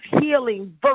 healing